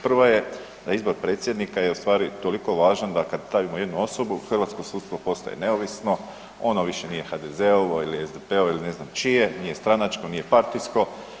Prva je da je izbor predsjednika je ustvari toliko važan da stavimo jednu osobu, hrvatsko sudstvo postaje neovisno, ono više nije HDZ-ovo ili SDP-ovo ili ne znam čije, nije stranačko, nije partijsko.